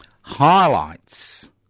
highlights